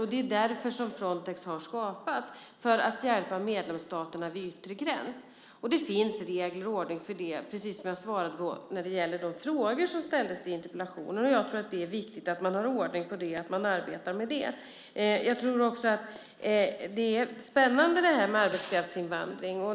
Frontex har därför skapats för att hjälpa medlemsstaterna vid yttre gräns. Och det finns regler och en ordning för det, precis som jag svarade på de frågor som ställdes i interpellationen. Jag tror att det är viktigt att man har ordning på detta och att man arbetar med det. Det är spännande detta med arbetskraftsinvandring.